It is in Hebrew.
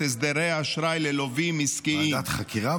"הסדרי אשראי ללווים עסקיים גדולים" ועדת חקירה?